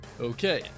okay